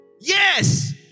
Yes